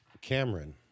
Cameron